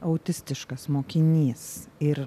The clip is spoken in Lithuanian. autistiškas mokinys ir